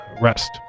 rest